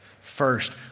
First